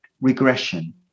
regression